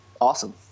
awesome